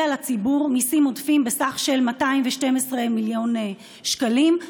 על הציבור מיסים עודפים בסך 212 מיליון שקלים.